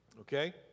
Okay